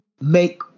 make